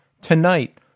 tonight